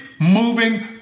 moving